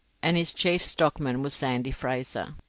and his chief stockman was sandy fraser.